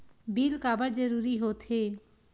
Bill काबर जरूरी होथे?